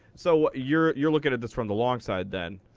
so you're you're looking at this from the long side then.